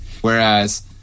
Whereas